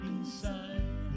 Inside